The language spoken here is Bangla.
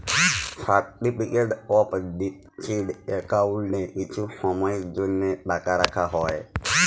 সার্টিফিকেট অফ ডিপজিট একাউল্টে কিছু সময়ের জ্যনহে টাকা রাখা হ্যয়